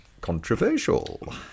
Controversial